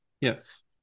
Yes